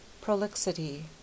Prolixity